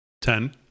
Ten